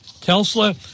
Tesla